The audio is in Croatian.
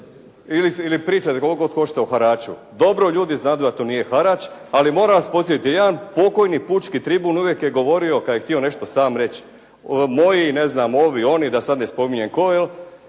ili pričajte koliko god hoćete o haraču. Dobro ljudi znadu da to nije harač. Ali moram vas podsjetiti, jedan pokojni pučki tribun uvijek je govorio kada je htio nešto sam reći, moji, ovi oni, da sada ne spominjem tko.